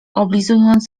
oblizując